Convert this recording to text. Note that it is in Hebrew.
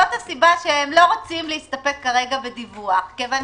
זאת הסיבה שהם לא רוצים להסתפק כרגע בדיווח מכיוון